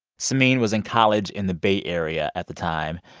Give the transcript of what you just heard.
samin was in college in the bay area at the time.